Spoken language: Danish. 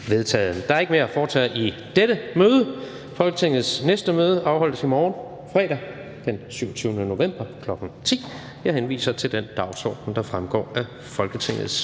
Der er ikke mere at foretage i dette møde. Folketingets næste møde afholdes i morgen, fredag den 27. november 2020, kl. 10.00. Jeg henviser til den dagsorden, der fremgår af Folketingets